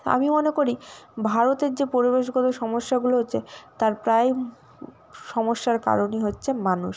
আমি মনে করি ভারতের যে পরিবেশগত সমস্যাগুলো হচ্ছে তার প্রায় সমস্যার কারণই হচ্ছে মানুষ